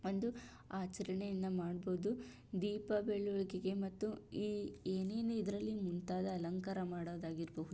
ಒಂದು ಆಚರಣೆಯನ್ನು ಮಾಡ್ಬೋದು ದೀಪ ಬೆಳಕಿಗೆ ಮತ್ತು ಈ ಈ ಏನೇನು ಇದ್ರಲ್ಲಿ ಮುಂತಾದ ಅಲಂಕಾರ ಮಾಡೋದಾಗಿರ್ಬಹುದು